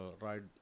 ride